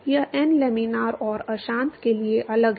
यह n laminar और अशांत के लिए अलग है